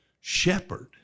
shepherd